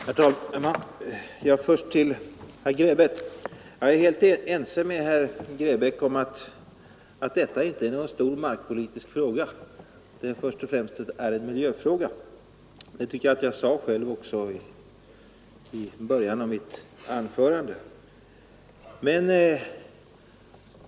Herr talman! Först vill jag säga till herr Grebäck att jag är fullt ense med honom om att detta inte är någon stor markpolitisk fråga, utan att den först och främst är en praktisk miljöfråga. Det tror jag också att jag sade i början av mitt anförande.